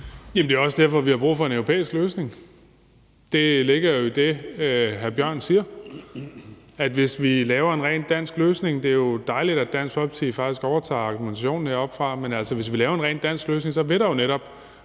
det er også derfor, vi har brug for en europæisk løsning. Det ligger jo i det, hr. Mikkel Bjørn siger, altså at hvis vi laver en rent dansk løsning – det er jo dejligt, at Dansk Folkeparti faktisk overtager argumentationen heroppefra – så vil der jo netop